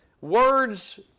words